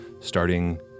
starting